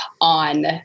on